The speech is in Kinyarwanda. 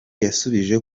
yasubije